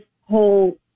whole